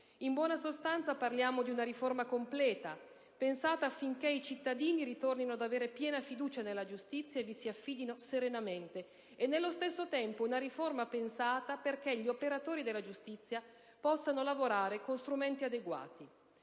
In buona sostanza, parliamo di una riforma completa, pensata affinché i cittadini ritornino ad avere piena fiducia nella giustizia e vi si affidino serenamente e, nello stesso tempo, di una riforma pensata perché gli operatori della giustizia possano lavorare con strumenti adeguati.